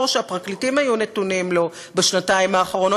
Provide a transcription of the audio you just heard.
שהפרקליטים היו נתונים לו בשנתיים האחרונות,